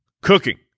cooking